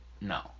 No